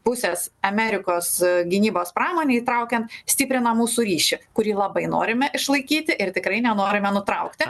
pusės amerikos gynybos pramonę įtraukiant stiprina mūsų ryšį kurį labai norime išlaikyti ir tikrai nenorime nutraukti